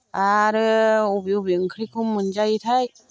आरो अबे अबे ओंख्रिखौ मोनजायोथाय